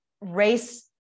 race